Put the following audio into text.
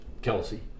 Kelsey